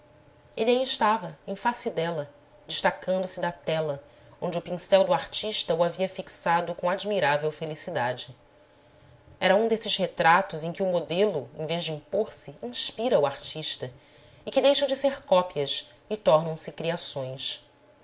aí estava em face dela destacando-se da tela onde o pincel do artista o havia fixado com admirável felicidade era um desses retratos em que o modelo em vez de impor se inspira o artista e que deixam de ser cópias e tornam se criações